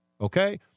okay